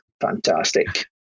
Fantastic